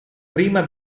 prima